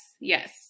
yes